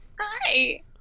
hi